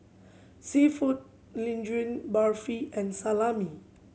Seafood Linguine Barfi and Salami